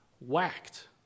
whacked